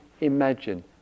imagine